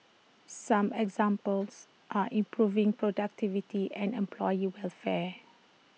some examples are improving productivity and employee welfare